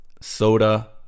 soda